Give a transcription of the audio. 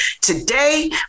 Today